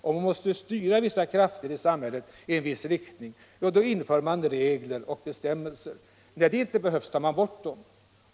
Om man måste styra vissa krafter i samhället i en viss riktning inför man regler och bestämmelser. När det inte behövs tar man bort dem.